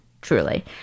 truly